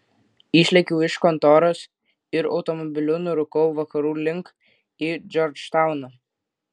išlėkiau iš kontoros ir automobiliu nurūkau vakarų link į džordžtauną